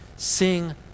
sing